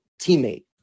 teammate